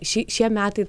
šį šie metai